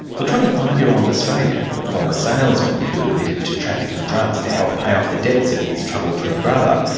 the twenty five year old australian, a former salesman who admitted to trafficking drugs to help pay off the debts of his troubled twin brother,